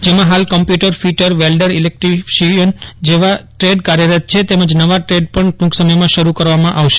જેમાં હાલ computer fitter welder electrician જેવા દ્રેડ કાર્યરત છે તેમજ નવા દ્રેડ પણ ટુંક સમયમાં શરૂ કરવામાં આવશે